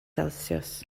celsius